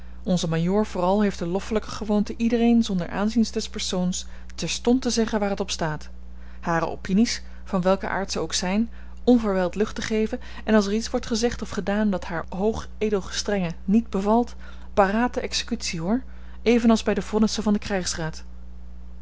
onze majoor vooral heeft de loffelijke gewoonte iedereen zonder aanziens des persoons terstond te zeggen waar het op staat hare opinies van welken aard ze ook zijn onverwijld lucht te geven en als er iets wordt gezegd of gedaan dat haar hoog edel gestrenge niet bevalt parate executie hoor evenals bij de vonnissen van den